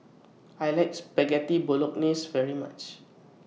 I like Spaghetti Bolognese very much